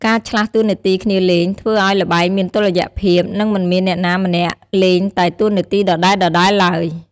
ការឆ្លាស់តួនាទីគ្នាលេង ធ្វើឱ្យល្បែងមានតុល្យភាព និងមិនមានអ្នកណាម្នាក់លេងតែតួនាទីដដែលៗទ្បើយ។